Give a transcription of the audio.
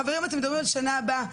חברים אתם מדברים על שנה הבאה,